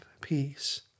peace